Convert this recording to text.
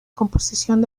composición